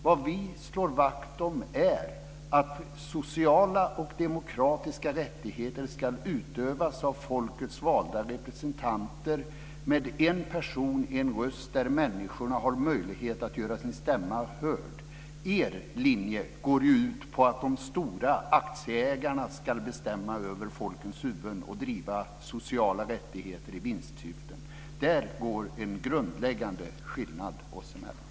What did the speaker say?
Vad vi slår vakt om är att sociala och demokratiska rättigheter ska utövas av folkets valda representanter med en röst per person, där människorna har möjlighet att göra sin stämma hörd. Er linje går ju ut på att de stora aktieägarna ska bestämma över människornas huvud och driva sociala rättigheter i vinstsyfte. Där finns en grundläggande skillnad oss emellan.